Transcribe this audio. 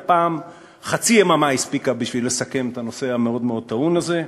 הפעם הספיקה חצי יממה בשביל לסכם את הנושא המאוד-מאוד טעון הזה.